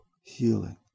healing